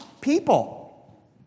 people